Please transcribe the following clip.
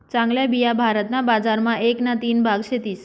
चांगल्या बिया भारत ना बजार मा एक ना तीन भाग सेतीस